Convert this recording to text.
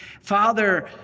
Father